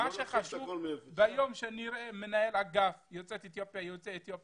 לא נתחיל את הכול מאפס.